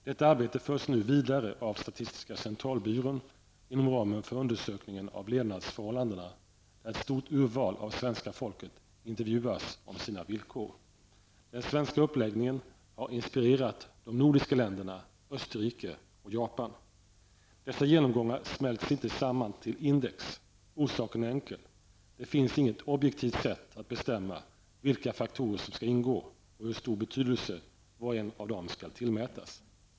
Detta arbete förs nu vidare av statistiska centralbyrån inom ramen för undersökningen av levnadsförhållandena, där ett stort urval av svenska folket intervjuas om sina villkor. Den svenska uppläggningen har inspirerat de nordiska länderna, Dessa genomgångar smälts inte samman till index. Orsaken är enkel: Det finns inget objektivt sätt att bestämma vilka faktorer som skall ingå och hur stor betydelse var och en av dem skall tillmätas.